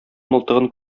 мылтыгын